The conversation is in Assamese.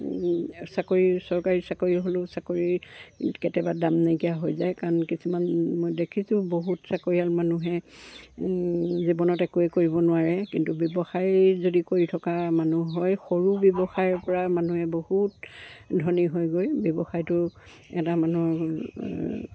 চাকৰি চৰকাৰী চাকৰি হ'লেও চাকৰি কেতিয়াবা দাম নাইকিয়া হৈ যায় কাৰণ কিছুমান মই দেখিছোঁ বহুত চাকৰিয়াল মানুহে জীৱনত একোৱে কৰিব নোৱাৰে কিন্তু ব্যৱসায় যদি কৰি থকা মানুহ হয় সৰু ব্যৱসায়ৰ পৰা মানুহে বহুত ধনী হয় গৈ ব্যৱসায়টো এটা মানুহৰ